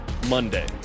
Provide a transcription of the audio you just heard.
Monday